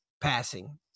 passing